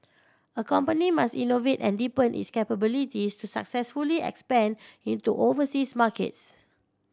a company must innovate and deepen its capabilities to successfully expand into overseas markets